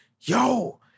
yo